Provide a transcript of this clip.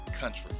country